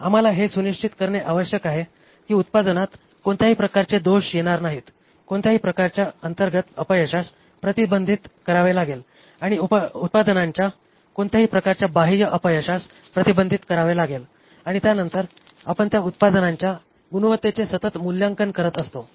आम्हाला हे सुनिश्चित करणे आवश्यक आहे की उत्पादनात कोणत्याही प्रकारचे दोष येणार नाहीत कोणत्याही प्रकारच्या अंतर्गत अपयशास प्रतिबंधित करावे लागेल आणि उत्पादनाच्या कोणत्याही प्रकारच्या बाह्य अपयशास प्रतिबंधित करावे लागेल आणि त्यानंतर आपण त्या उत्पादनाच्या गुणवत्तेचे सतत मूल्यांकन करत असतो